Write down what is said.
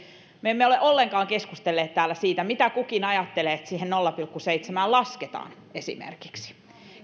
me emme ole ollenkaan keskustelleet täällä esimerkiksi siitä mitä kukin ajattelee että siihen nolla pilkku seitsemään lasketaan